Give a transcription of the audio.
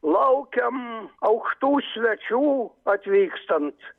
laukiam aukštų svečių atvykstant